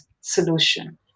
solution